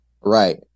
Right